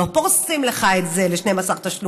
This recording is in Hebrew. לא פורסים לך את זה ל-12 תשלומים.